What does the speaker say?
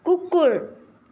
कुकुर